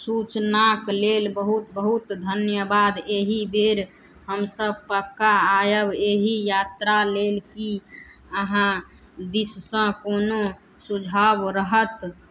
सूचनाक लेल बहुत बहुत धन्यवाद एहि बेर हमसभ पक्का आयब एहि यात्रा लेल की अहाँ दिससँ कोनो सुझाव रहत